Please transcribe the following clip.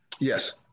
yes